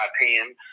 opinion